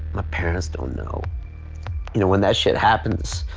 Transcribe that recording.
my parents don't know, you know when that shit happens,